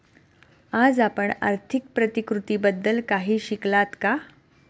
आज आपण आर्थिक प्रतिकृतीबद्दल काही शिकलात का?